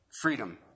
freedom